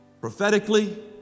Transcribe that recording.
prophetically